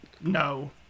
No